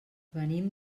venim